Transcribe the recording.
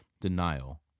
denial